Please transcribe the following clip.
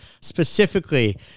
specifically